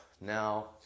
now